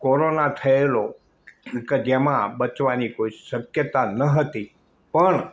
corona થયેલો કે જેમાં બચવાની કોઈ શક્યતા ન હતી પણ